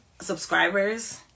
subscribers